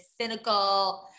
cynical